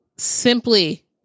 Simply